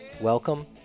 Welcome